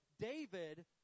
David